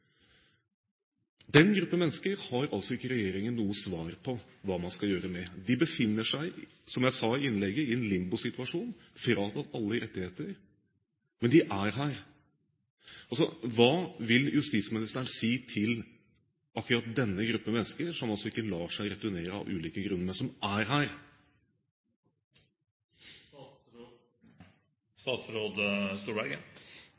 Den gruppen mennesker har altså ikke regjeringen noe svar på hva man skal gjøre med. De befinner seg – som jeg sa i innlegget – i en limbosituasjon, fratatt alle rettigheter, men de er her. Hva vil justisministeren si til akkurat denne gruppen mennesker som ikke lar seg returnere av ulike grunner, men som er